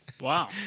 Wow